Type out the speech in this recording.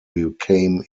became